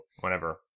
whenever